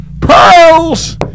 pearls